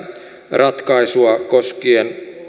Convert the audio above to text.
ratkaisua koskien